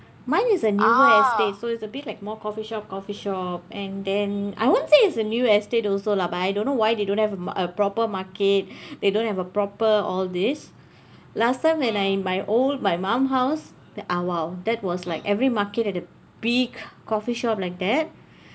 mine is a newer estate so it's a bit like more coffeeshop coffeeshop and then I won't say it's a new estate also lah but I don't know why they don't have um a proper market they don't have a proper all this last time when I my old my mom house the oh !wow! that was like every market had a big coffee shop like that